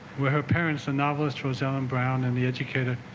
with her parents the novelist rosalind brown and the educator